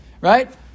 Right